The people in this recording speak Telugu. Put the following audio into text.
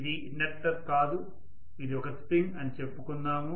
ఇది ఇండక్టర్ కాదు ఇది ఒక స్ప్రింగ్ అని చెప్పుకుందాము